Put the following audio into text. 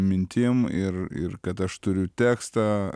mintim ir ir kad aš turiu tekstą